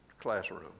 classroom